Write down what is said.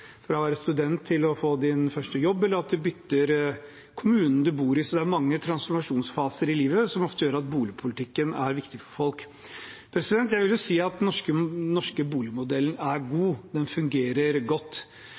for seg selv, fra å være student til å få sin første jobb eller at man bytter kommunen man bor i – det er mange transformasjonsfaser i livet som ofte gjør at boligpolitikken er viktig for folk. Jeg vil si at den norske boligmodellen er god. Den fungerer godt.